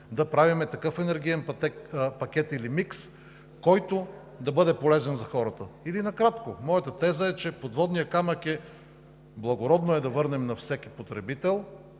да правим такъв енергиен пакет или микс, който да бъде полезен за хората. Или накратко, моята теза е, че подводният камък е: благородно е да върнем на всеки потребител